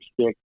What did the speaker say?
Stick